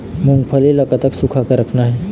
मूंगफली ला कतक सूखा के रखना हे?